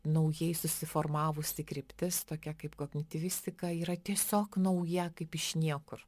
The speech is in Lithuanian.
naujai susiformavusi kryptis tokia kaip kognityvistika yra tiesiog nauja kaip iš niekur